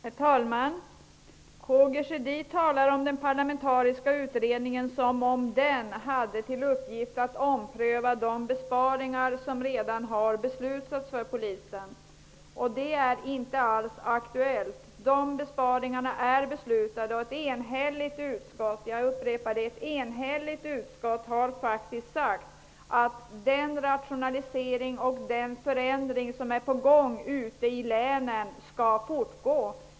Herr talman! K G Sjödin talar om den parlamentariska utredningen som om den hade till uppgift att ompröva de besparingar inom polisen som redan beslutats. Det är inte aktuellt. Dessa besparingar är beslutade. Ett enhälligt utskott -- jag upprepar ett enhälligt utskott -- har faktiskt sagt att den rationalisering och den förändring som är på gång ute i länen skall fortgå.